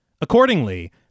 Accordingly